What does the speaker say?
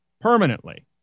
Permanently